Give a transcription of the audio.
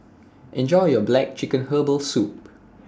Enjoy your Black Chicken Herbal Soup